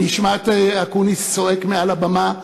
אני אשמע את אקוניס צועק מעל הבימה: